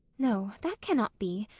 no, that cannot be,